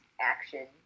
action